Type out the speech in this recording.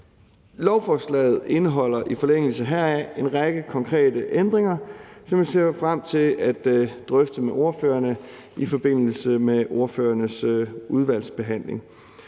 Lovforslaget indeholder i forlængelse heraf en række konkrete ændringer. Så nu ser vi frem til at drøfte det med ordførerne i forbindelse med ordførernes udvalgsbehandling.